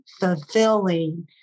fulfilling